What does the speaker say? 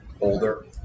older